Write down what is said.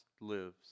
lives